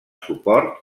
suport